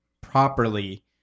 properly